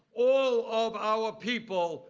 all of our people,